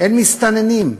אין מסתננים.